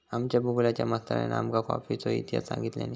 आमच्या भुगोलच्या मास्तरानी आमका कॉफीचो इतिहास सांगितल्यानी